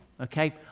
okay